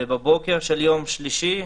ובבוקר של יום שלישי,